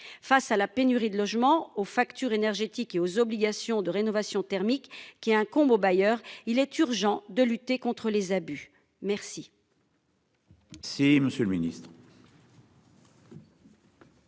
Face à la pénurie de logements aux factures énergétiques et aux obligations de rénovation thermique qui incombe au bailleur. Il est urgent de lutter contre les abus. Merci.